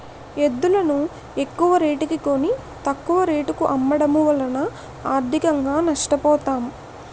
ఎద్దులును ఎక్కువరేటుకి కొని, తక్కువ రేటుకు అమ్మడము వలన ఆర్థికంగా నష్ట పోతాం